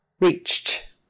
Reached